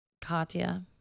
Katya